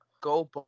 go